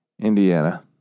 Indiana